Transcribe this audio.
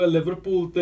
Liverpool